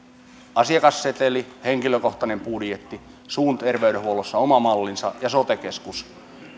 asiakasseteli henkilökohtainen budjetti suun terveydenhuollossa oma mallinsa ja sote keskus